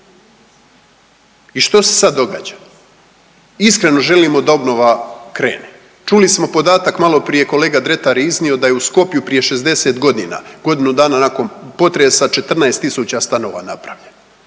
I što se sad događa? Iskreno želimo da obnova krene. Čuli smo podatak maloprije kolega Dretar je iznio da je u Skopju prije 60 godina, godinu dana nakon potresa 14.000 stanova napravljeno,